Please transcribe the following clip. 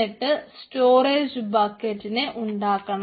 എന്നിട്ട് സ്റ്റോറേജ് ബക്കറ്റിനെ ഉണ്ടാക്കണം